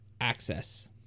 access